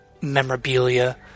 memorabilia